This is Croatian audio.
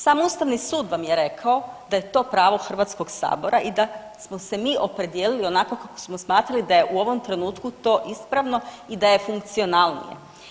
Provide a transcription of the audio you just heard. Sam Ustavni sud vam je rekao da je to pravo HS-a i da smo se mi opredijelili onako kako smo smatrali da je u ovom trenutku to ispravno i da je funkcionalnije.